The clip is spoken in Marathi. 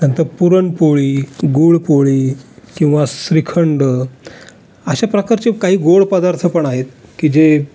नंतर पुरणपोळी गुळपोळी किंवा श्रीखंड अशा प्रकारचे काही गोड पदार्थ पण आहेत की जे